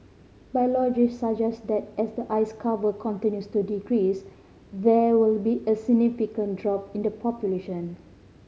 biologists suggest that as the ice cover continues to decrease there will be a significant drop in the population